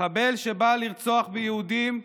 מחבל שבא לרצוח יהודים,